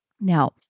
Now